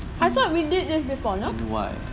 I thought we did this before no